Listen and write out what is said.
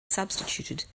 substituted